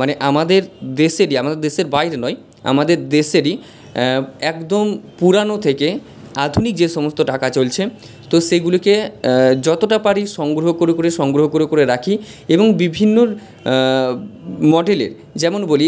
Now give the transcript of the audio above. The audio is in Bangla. মানে আমাদের দেশেরই আমাদের দেশের বাইরে নয় আমাদের দেশেরই একদম পুরানো থেকে আধুনিক যে সমস্ত টাকা চলছে তো সেগুলিকে যতটা পারি সংগ্রহ করে করে সংগ্রহ করে করে রাখি এবং বিভিন্ন মডেলের যেমন বলি